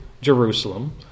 Jerusalem